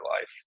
life